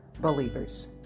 Believers